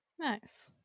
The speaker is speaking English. Nice